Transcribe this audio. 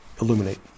illuminate